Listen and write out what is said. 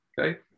Okay